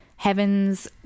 Heaven's